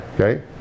okay